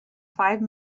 five